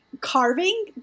carving